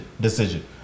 decision